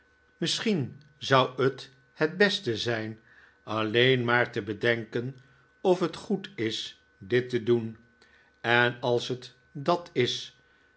misschie'n zou t het beste zijn alleen maar te bedenken of het goed is dit te doen en als het dat is